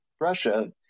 Russia